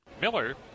Miller